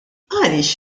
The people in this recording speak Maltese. għaliex